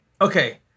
okay